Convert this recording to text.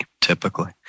typically